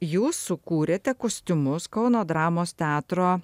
jūs sukūrėte kostiumus kauno dramos teatro